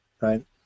right